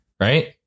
Right